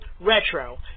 Retro